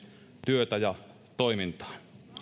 työtä ja toimintaa